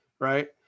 Right